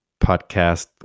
podcast